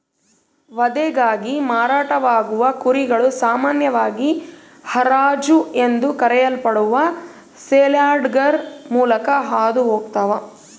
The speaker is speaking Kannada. ವಧೆಗಾಗಿ ಮಾರಾಟವಾಗುವ ಕುರಿಗಳು ಸಾಮಾನ್ಯವಾಗಿ ಹರಾಜು ಎಂದು ಕರೆಯಲ್ಪಡುವ ಸೇಲ್ಯಾರ್ಡ್ಗಳ ಮೂಲಕ ಹಾದು ಹೋಗ್ತವ